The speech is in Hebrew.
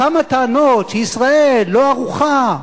כמה טענות שישראל לא ערוכה,